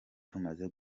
tumaze